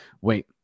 wait